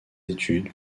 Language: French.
études